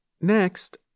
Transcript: Next